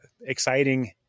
exciting